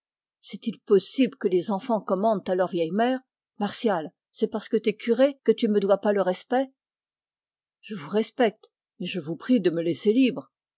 c'est-il possible que les enfants commandent à leurs vieilles mères martial c'est pas parce que t'es curé que tu me dois pas le respect je vous respecte mais je vous prie de me laisser libre